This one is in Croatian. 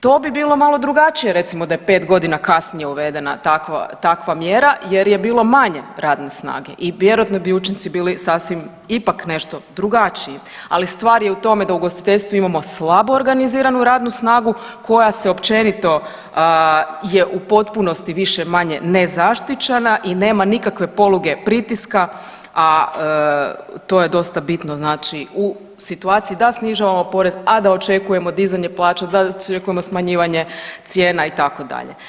To bi bilo malo drugačije recimo da je 5.g. kasnije uvedena takva, takva mjera jer je bilo manje radne snage i vjerojatno bi učinci bili sasvim ipak nešto drugačiji, ali stvar je u tome da u ugostiteljstvu imamo slabo organiziranu radnu snagu koja se općenito je u potpunosti više-manje nezaštićena i nema nikakve poluge pritiska, a to je dosta bitno znači u situaciji da snižavamo porez, a da očekujemo dizanje plaća, da očekujemo smanjivanje cijena itd.